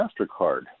MasterCard